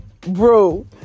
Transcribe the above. Bro